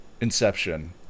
inception